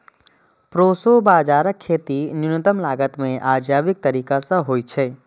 proso बाजाराक खेती न्यूनतम लागत मे आ जैविक तरीका सं होइ छै